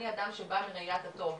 אני אדם שבא מראיית הטוב,